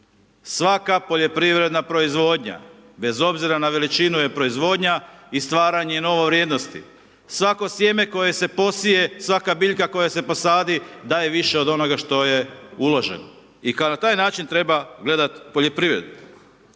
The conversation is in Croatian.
Svaka poljoprivredna proizvodnja, bez obzira na veličinu, je proizvodnja, i stvaranje nove vrijednosti. Svako sjeme koje se posije, svaka biljka koja se posadi, daje više od onoga što je uloženo. I kada na taj način treba gledati poljoprivredu.